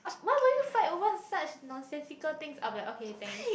why will you fight over such nonsensical things i'll be like okay thanks